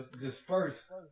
dispersed